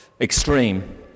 extreme